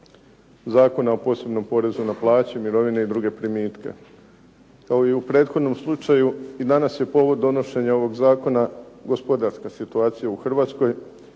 Zakona o posebnom porezu na plaće, mirovine i ostale primitke. Kao i u prethodnom slučaju danas je povod donošenja ovog Zakona gospodarska situacija u Hrvatskoj